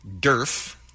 DERF